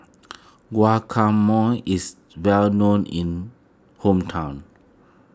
Guacamole is well known in hometown